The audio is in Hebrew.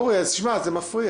אורי, תשמע, זה מפריע.